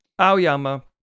Aoyama